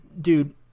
dude